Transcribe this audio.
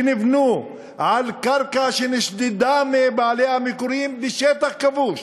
שנבנו על קרקע שנשדדה מבעליה המקוריים בשטח כבוש,